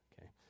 okay